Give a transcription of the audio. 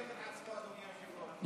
אי-אפשר שהוא יברך את עצמו, אדוני היושב-ראש.